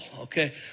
okay